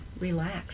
relax